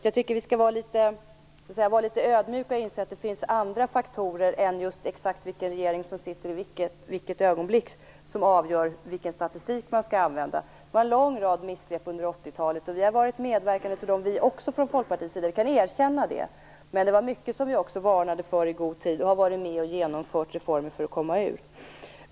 Jag tycker att vi skall vara litet ödmjuka och inse att det finns andra faktorer än just vilken regering som styr under en viss period som avgör vilken statistik som man skall använda. Det förekom en lång rad missgrepp under 80-talet, och vi från Folkpartiet medverkade också. Jag kan erkänna det. Men det var även mycket som vi i god tid varnade för och många reformer som vi var med att genomföra för att bryta den utvecklingen.